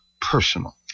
personal